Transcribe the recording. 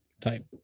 type